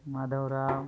Madhavrao